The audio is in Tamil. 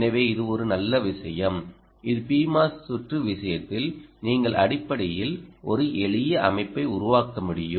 எனவே இது ஒரு நல்ல விஷயம் இது Pmos சுற்று விஷயத்தில் நீங்கள் அடிப்படையில் ஒரு எளிய அமைப்பை உருவாக்க முடியும்